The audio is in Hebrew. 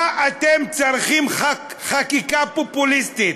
מה אתם צריכים חקיקה פופוליסטית?